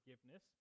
forgiveness